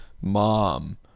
mom